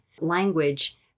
language